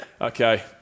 Okay